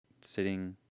sitting